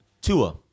Tua